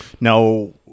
Now